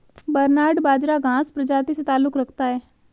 barnyard बाजरा घांस प्रजाति से ताल्लुक रखता है